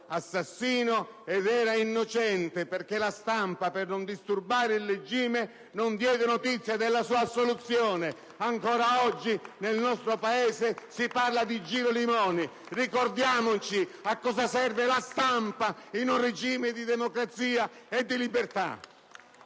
assassino, mentre era innocente, perché la stampa, per non disturbare il regime, non diede notizia della sua assoluzione! Ancora oggi nel nostro Paese si parla di Girolimoni! Ricordiamoci a cosa serve la stampa in un regime di democrazia e di libertà!